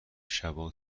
شبا